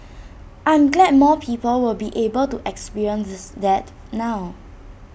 I'm glad more people will be able to experience that now